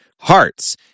hearts